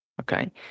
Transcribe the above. Okay